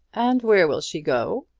and where will she go?